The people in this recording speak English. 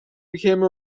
became